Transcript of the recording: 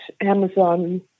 Amazon